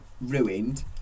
ruined